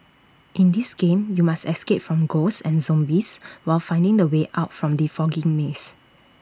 in this game you must escape from ghosts and zombies while finding the way out from the foggy maze